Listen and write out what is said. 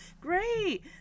great